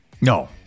No